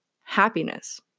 happiness